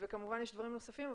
וכמובן יש דברים נוספים,